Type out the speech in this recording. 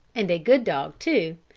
and a good dog too,